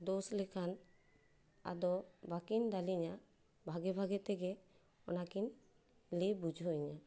ᱫᱳᱥ ᱞᱮᱠᱷᱟᱱ ᱟᱫᱚ ᱵᱟᱹᱠᱤᱱ ᱫᱟᱞᱤᱧᱟ ᱵᱷᱟᱜᱮ ᱵᱷᱟᱜᱮ ᱛᱮᱜᱮ ᱚᱱᱟᱠᱤᱱ ᱞᱟᱹᱭ ᱵᱩᱡᱷᱟᱹᱣ ᱤᱧᱟᱹ